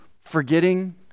forgetting